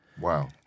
wow